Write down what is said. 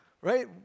Right